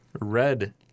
Red